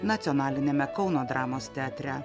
nacionaliniame kauno dramos teatre